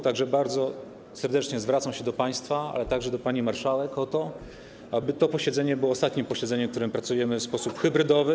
Tak że bardzo serdecznie zwracam się do państwa, ale także do pani marszałek o to, aby to posiedzenie było ostatnim posiedzeniem, na którym pracujemy w sposób hybrydowy.